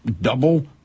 double